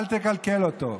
אל תקלקל אותו.